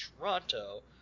Toronto